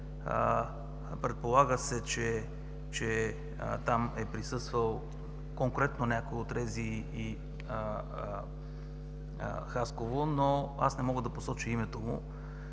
Предполага се, че там е присъствал конкретно някой от РЗИ – Хасково, но аз не мога да посоча името му.